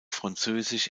französisch